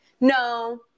No